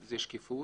זה משהו אחר.